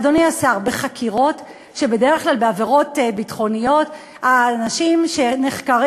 אדוני השר, בחקירות, בדרך כלל האנשים שנחקרים